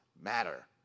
matter